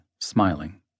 smiling